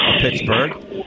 Pittsburgh